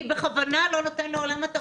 מי בכוונה לא נותן לעולם התרבות לפעול.